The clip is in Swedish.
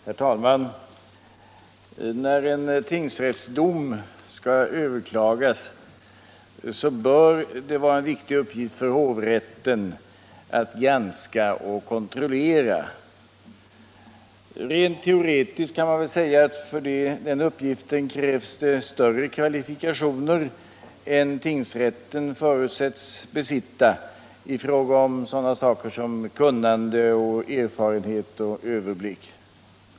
Herr talman! När en tingsrätts dom skall överklagas bör det vara en viktig uppgift för hovrätten att granska och kontrollera. Rent teoretiskt kan man säga att det för den uppgiften krävs större kvalifikationer än tingsrätten förutsätts besitta i fråga om kunnande, erfarenhet och överblick.